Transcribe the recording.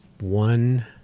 one